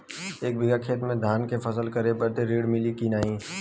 एक बिघा खेत मे धान के फसल करे के ऋण मिली की नाही?